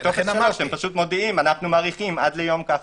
הם מודיעים: מאריכים עד יום זה וזה.